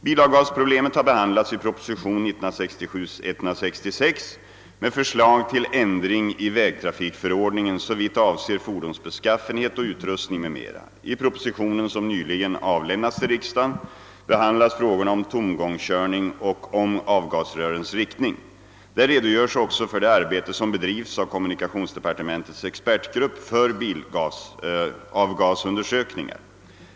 Bilavgasproblemet har behandlats i proposition 1967:166 med förslag till ändring i vägtrafikförordningen såvitt avser fordons beskaffenhet och utrust: ning m.m. I propositionen, som nyliger avlämnats till riksdagen, behandlas frå gorna om tomgångskörning och om av gasrörens riktning. Där redogörs också för det arbete som bedrivs av kommunikationsdepartementets expertgrupp för bilavgasundersökningar.